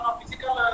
physical